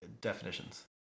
definitions